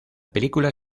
película